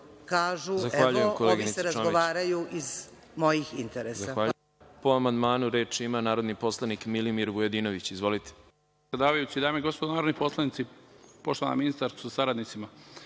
kažu – evo, ovi se razgovaraju iz mojih interesa.